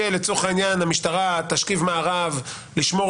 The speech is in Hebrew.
שלצורך העניין המשטרה תשכיב מארב לשמור